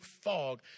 fog